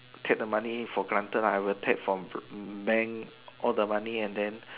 take the money for granted lah I will take from mm bank all the money and then